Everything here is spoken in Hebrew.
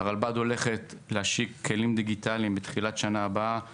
לכן הרלב"ד הולכת להשיק בתחילת שנה הבאה כלים דיגיטליים.